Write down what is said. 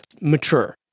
mature